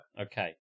Okay